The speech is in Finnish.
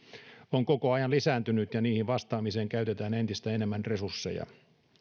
on koko ajan lisääntynyt ja niihin vastaamiseen käytetään entistä enemmän resursseja